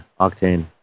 octane